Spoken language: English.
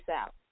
out